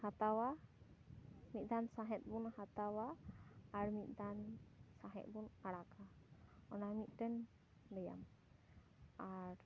ᱦᱟᱛᱟᱣᱟ ᱢᱤᱫ ᱫᱷᱟᱱ ᱥᱟᱸᱦᱮᱫ ᱵᱚᱱ ᱦᱟᱛᱟᱣᱟ ᱟᱨ ᱢᱤᱫ ᱫᱷᱟᱱ ᱥᱟᱸᱦᱮᱫ ᱵᱚᱱ ᱟᱲᱟᱜᱟ ᱚᱱᱟ ᱢᱤᱫᱴᱮᱱ ᱵᱮᱭᱟᱢ ᱟᱨ